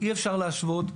אי-אפשר להשוות,